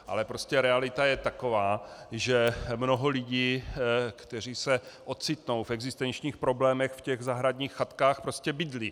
Ale prostě realita je taková, že mnoho lidí, kteří se ocitnou v existenčních problémech, v těch zahradních chatkách prostě bydlí.